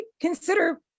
consider